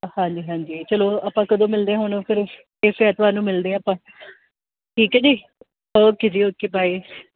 ਹਾਂਜੀ ਹਾਂਜੀ ਚਲੋ ਆਪਾਂ ਕਦੋਂ ਮਿਲਦੇ ਆ ਹੁਣ ਫਿਰ ਇਸ ਐਤਵਾਰ ਨੂੰ ਮਿਲਦੇ ਆ ਆਪਾਂ ਠੀਕ ਹੈ ਜੀ ਓਕੇ ਜੀ ਓਕੇ ਬਾਏ